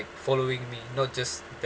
following me not just the~